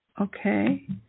Okay